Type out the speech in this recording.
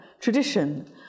tradition